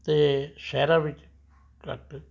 ਅਤੇ ਸ਼ਹਿਰਾਂ ਵਿੱਚ ਘੱਟ